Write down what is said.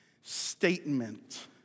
statement